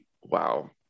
Wow